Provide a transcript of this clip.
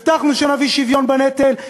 הבטחנו שנביא שוויון בנטל,